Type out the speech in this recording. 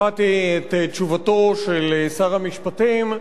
שמעתי את תשובתו של שר המשפטים,